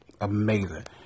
amazing